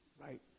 right